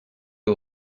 aux